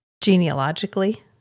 genealogically